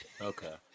okay